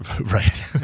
right